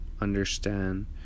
understand